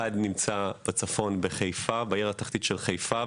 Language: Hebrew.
אחד נמצא בצפון, בחיפה, בעיר התחתית של חיפה.